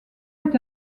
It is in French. est